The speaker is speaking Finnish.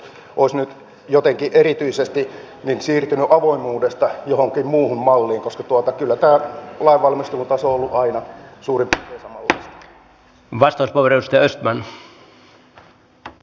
meillä on tekemätöntä työtä vaikka kuinka mutta tällä hetkellä me emme saa suomalaisia edes kaikkiin näihin työpaikkoihin mitkä ovat todella auki